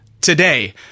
Today